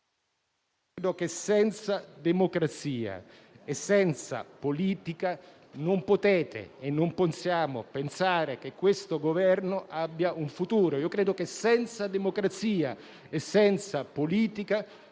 Credo che senza democrazia e senza politica non potete e non possiamo pensare che questo Governo abbia un futuro. Credo che senza democrazia e senza politica